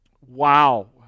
Wow